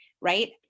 right